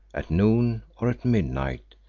at noon or at midnight,